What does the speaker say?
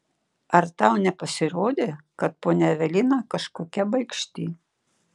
ar tau nepasirodė kad ponia evelina kažkokia baikšti